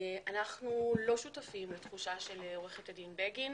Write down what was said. אנחנו לא שותפים לתחושה של עורכת הדין בגין.